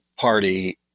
party